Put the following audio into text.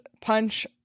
punch